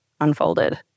unfolded